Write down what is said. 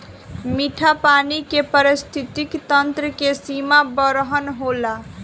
मीठा पानी के पारिस्थितिकी तंत्र के सीमा बरहन होला